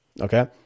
Okay